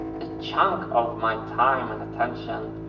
the chunk of my time and attention,